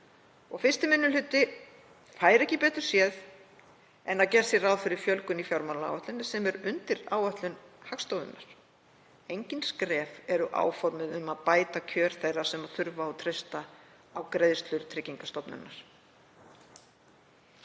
og 1. minni hluti fær ekki betur sé en að gert sé ráð fyrir fjölgun í fjármálaáætluninni sem er undir áætlun Hagstofunnar. Engin skref eru áformuð um að bæta kjör þeirra sem þurfa að treysta á greiðslur Tryggingastofnunar.